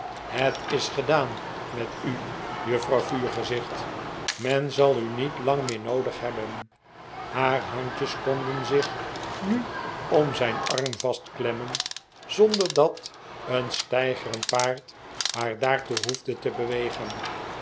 het is gedaan met u juffrouw vuurgezicht men zal u niet lang meer noodig hebben haar handjes konden zich nu om zijn arm vastklemmen zonder dat een steigerend paard haar daartoe hoefde te bewegen